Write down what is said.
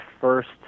first